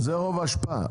זה רוב ההשפעה.